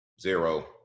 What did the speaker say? Zero